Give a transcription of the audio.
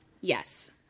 Yes